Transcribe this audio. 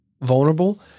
vulnerable